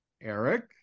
Eric